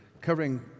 covering